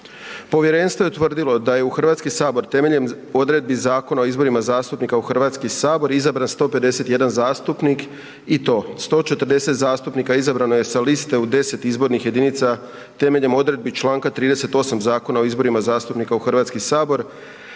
Povjerenstvo je utvrdilo da je u Hrvatski sabor temeljem odredbi Zakona o izborima zastupnika u Hrvatski sabor izabran 151 zastupnik i to, 140 zastupnika izabrano je sa liste u 10 izbornih jedinica temeljem odredbi Članka 38. Zakona o izborima zastupnika u Hrvatski sabor,